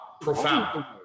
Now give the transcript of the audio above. Profound